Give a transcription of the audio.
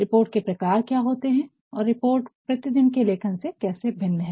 report के प्रकार क्या होते है और रिपोर्ट प्रतिदिन के लेखन से कैसे भिन्न है